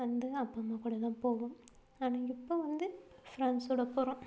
வந்து அப்பா அம்மா கூட தான் போவோம் ஆனால் இப்போ வந்து ஃப்ரெண்ட்ஸோடய போகிறோம்